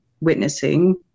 witnessing